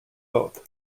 both